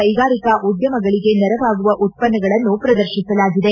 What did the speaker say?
ಕೈಗಾರಿಕಾ ಉದ್ಯಮಗಳಗೆ ನೆರವಾಗುವ ಉತ್ಪನ್ನಗಳನ್ನು ಪ್ರದರ್ತಿಸಲಾಗಿದೆ